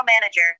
manager